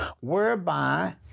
whereby